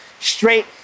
straight